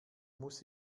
muss